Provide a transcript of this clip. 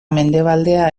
mendebaldea